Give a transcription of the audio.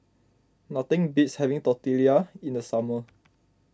nothing beats having Tortillas in the summer